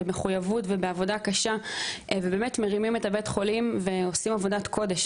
מחויבות ועבודה קשה ובאמת מרימים את בית החולים ועושים עבודת קודש.